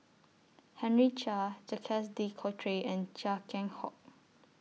Henry Chia Jacques De Coutre and Chia Keng Hock